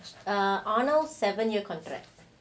arnold seven year contract